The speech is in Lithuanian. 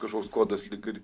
kažkoks kodas lyg ir